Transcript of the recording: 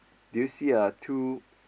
do you see a two